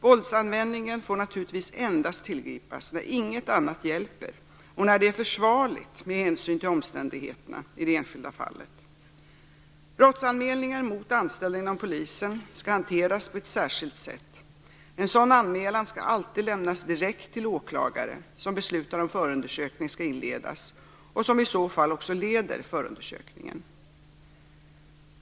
Våldsanvändningen får naturligtvis endast tillgripas när inget annat hjälper och när det är försvarligt med hänsyn till omständigheterna i det enskilda fallet. Brottsanmälningar mot anställda inom polisen skall hanteras på ett särskilt sätt. En sådan anmälan skall alltid lämnas direkt till åklagare som beslutar huruvida förundersökning skall inledas och som i så fall också leder förundersökningen.